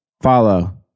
Follow